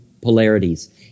polarities